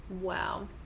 Wow